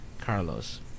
Carlos